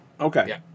Okay